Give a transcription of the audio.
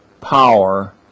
power